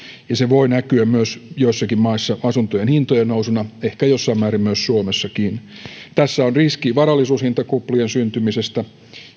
ja se voi näkyä myös joissakin maissa asuntojen hintojen nousuna ehkä jossain määrin myös suomessakin tässä on riski varallisuushintakuplien syntymisestä